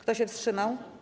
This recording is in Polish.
Kto się wstrzymał?